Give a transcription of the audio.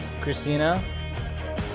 Christina